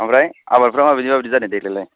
ओमफ्राय आबादफ्रा माबायदि माबायदि जादों देग्लायलाय